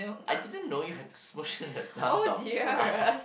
I didn't know you had to Smoosh in the lumps of flour